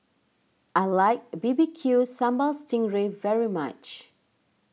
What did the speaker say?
I like B B Q Sambal Sting Ray very much